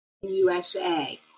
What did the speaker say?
USA